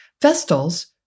Vestals